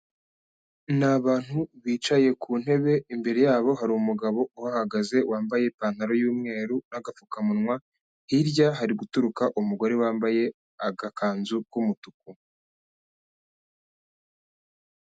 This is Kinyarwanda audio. Ni abantu bicaye ku ntebe, imbere yabo hari umugabo uhahagaze wambaye ipantaro y'umweru n'agapfukamunwa, hirya hari guturuka umugore wambaye agakanzu k'umutuku.